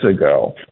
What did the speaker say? ago